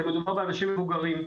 מדובר באנשים מבוגרים.